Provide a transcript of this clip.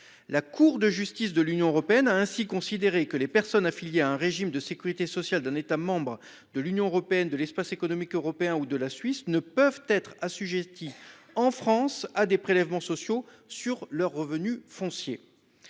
La Cour de justice de l’Union européenne a ainsi considéré que les personnes affiliées à un régime de sécurité sociale d’un État membre de l’Union européenne, de l’Espace économique européen ou de la Suisse ne pouvaient être assujetties à des prélèvements sociaux sur leurs revenus fonciers